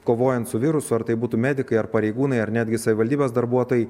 kovojant su virusu ar tai būtų medikai ar pareigūnai ar netgi savivaldybės darbuotojai